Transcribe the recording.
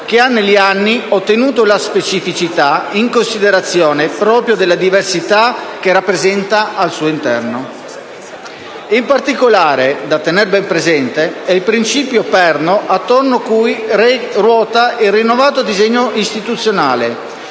che ha negli anni ottenuto la specificità in considerazione proprio della diversità che rappresenta al suo interno. In particolare, da tener ben presente è il perno attorno a cui ruota il rinnovato disegno istituzionale,